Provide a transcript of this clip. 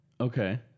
Okay